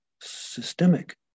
systemic